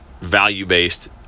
value-based